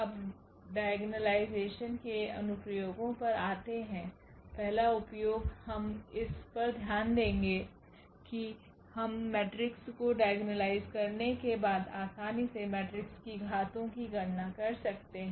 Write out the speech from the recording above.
अब डैगोनलाइजेशन के अनुप्रयोगों पर आते हैं पहला उपयोग हम इस पर ध्यान देगे कि हम मेट्रिक्स को डाइगोनलाइज करने के बाद आसानी से मेट्रिक्स की घातों की गणना कर सकते हैं